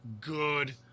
good